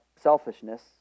selfishness